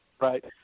Right